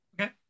Okay